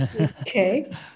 Okay